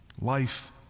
Life